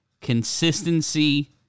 consistency